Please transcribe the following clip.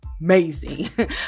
amazing